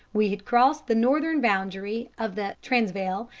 we had crossed the northern boundary of the transvaal,